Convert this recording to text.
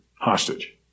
hostage